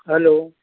hello